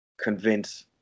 convince